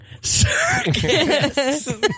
Circus